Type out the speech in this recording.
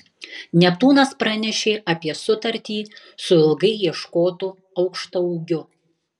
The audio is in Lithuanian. neptūnas pranešė apie sutartį su ilgai ieškotu aukštaūgiu